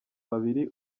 babiri